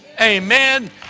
Amen